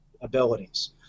abilities